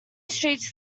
street